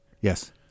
Yes